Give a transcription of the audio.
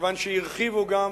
כיוון שהרחיבו גם